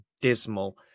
dismal